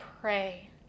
pray